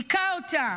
היכה אותה,